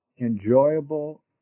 enjoyable